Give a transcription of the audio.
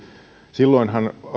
silloinhan